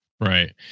right